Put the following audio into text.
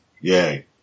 Yay